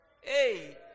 Hey